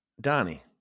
Donnie